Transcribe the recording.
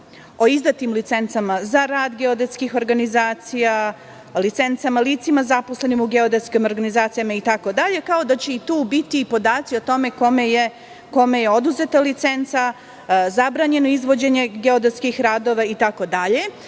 o izdatim licencama za rad geodetskih organizacija, o licencama lica zaposlenih u geodetskim organizacijama itd, kao i da će tu biti podaci o tome kome je oduzeta licenca, zabranjeno izvođenje geodetskih radova itd,